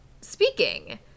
speaking